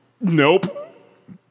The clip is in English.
Nope